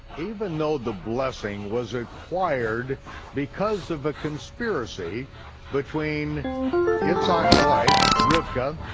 even though the blessing was acquired because of a conspiracy between yitzhak's wife rivkah,